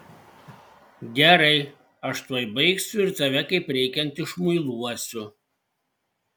gerai aš tuoj baigsiu ir tave kaip reikiant išmuiluosiu